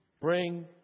bring